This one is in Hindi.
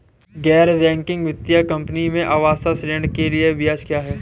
गैर बैंकिंग वित्तीय कंपनियों में आवास ऋण के लिए ब्याज क्या है?